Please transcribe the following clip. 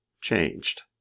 changed